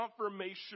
confirmation